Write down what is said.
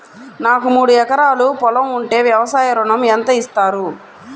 నాకు మూడు ఎకరాలు పొలం ఉంటే వ్యవసాయ ఋణం ఎంత ఇస్తారు?